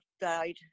died